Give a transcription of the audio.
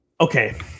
Okay